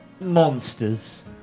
monsters